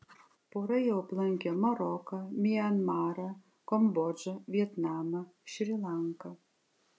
pora jau aplankė maroką mianmarą kambodžą vietnamą šri lanką